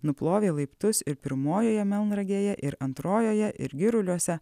nuplovė laiptus ir pirmojoje melnragėje ir antrojoje ir giruliuose